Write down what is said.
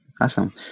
Awesome